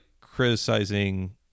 criticizing